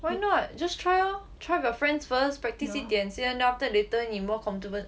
why not just try lor try your friends first practice 一点先 then after that later you more comfortable